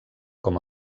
com